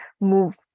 move